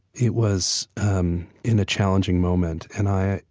it was um in a challenging moment. and i,